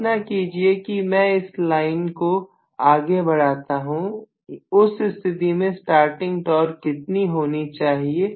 कल्पना कीजिए कि मैं इस लाइन को आगे बढ़ाता हूं उस स्थिति में स्टार्टिंग टॉर्क कितनी होनी चाहिए